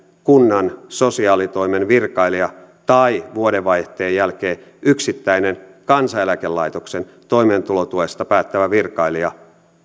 kunnan sosiaalitoimen virkailija tai vuodenvaihteen jälkeen yksittäinen kansaneläkelaitoksen toimeentulotuesta päättävä virkailija